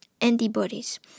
antibodies